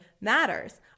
matters